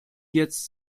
jetzt